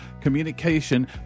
Communication